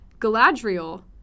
Galadriel